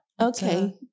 Okay